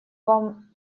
вам